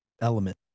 Element